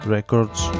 Records